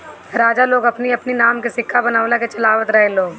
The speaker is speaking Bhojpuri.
राजा लोग अपनी अपनी नाम के सिक्का बनवा के चलवावत रहे लोग